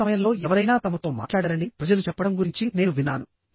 సరైన సమయంలో ఎవరైనా తమతో మాట్లాడారని ప్రజలు చెప్పడం గురించి నేను విన్నాను